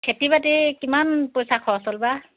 খেতি বাতি কিমান পইচা খৰচ হ'ল বা